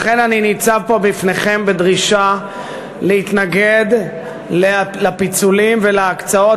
לכן אני ניצב פה בפניכם בדרישה להתנגד לפיצולים ולהקצאות